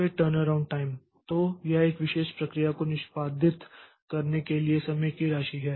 फिर turnaround time तो यह एक विशेष प्रक्रिया को निष्पादित करने के लिए समय की राशि है